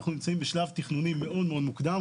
אנחנו נמצאים בשלב תכנוני מאוד מאוד מוקדם.